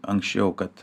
anksčiau kad